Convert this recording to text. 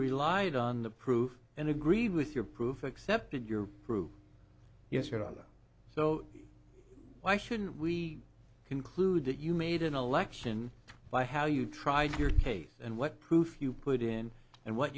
relied on the proof and agree with your proof accepted your proof yes or other so why shouldn't we conclude that you made an election by how you tried your case and what proof you put in and what